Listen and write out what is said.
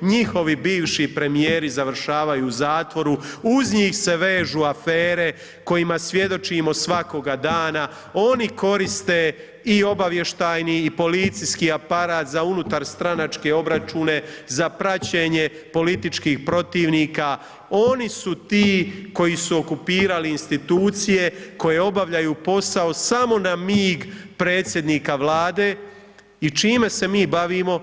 njihovi bivši premijeri završavaju u zatvoru, uz njih se vežu afere kojima svjedočimo svakoga dana, oni koriste i obavještajni i policijski aparat za unutarstranačke obračune za praćenje političkih protivnika, oni su ti koji su okupirali institucije koje obavljaju posao samo na mig predsjednika Vlade i čime se mi bavimo.